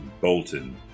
Bolton